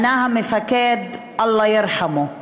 ענה המפקד: אללה ירחמו,